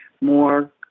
more